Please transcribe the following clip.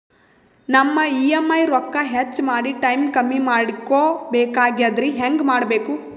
ನಮ್ಮ ಇ.ಎಂ.ಐ ರೊಕ್ಕ ಹೆಚ್ಚ ಮಾಡಿ ಟೈಮ್ ಕಮ್ಮಿ ಮಾಡಿಕೊ ಬೆಕಾಗ್ಯದ್ರಿ ಹೆಂಗ ಮಾಡಬೇಕು?